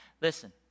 Listen